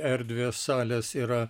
erdvės salės yra